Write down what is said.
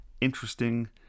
interesting